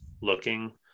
looking